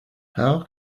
how